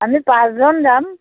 আমি পাঁচজন যাম